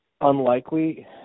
unlikely